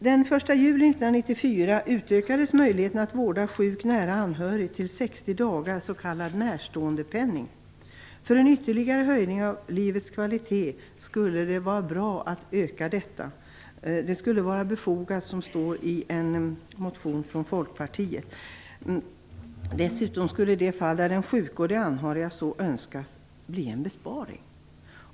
Den 1 juli 1994 utökades möjligheten att vårda sjuk nära anhörig till 60 dagar, s.k. närståendepenning. För en ytterligare höjning av livets kvalitet skulle det vara bra att utöka närståendepenningen. Det skulle vara befogat, som det sägs i en motion av Folkpartiet. Dessutom skulle det i de fall där den sjuke och de anhöriga så önskar bli en besparing.